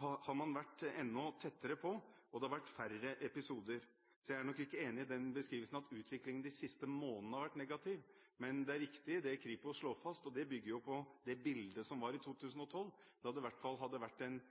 har man vært enda tettere på, og det har vært færre episoder, så jeg er nok ikke enig i beskrivelsen av at utviklingen de siste månedene har vært negativ. Men det er riktig det Kripos slår fast, og det bygger på bildet fra 2012 da det i hvert fall